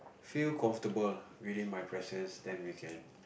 feel comfortable within my presence then we can